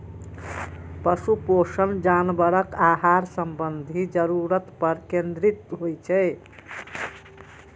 पशु पोषण जानवरक आहार संबंधी जरूरत पर केंद्रित होइ छै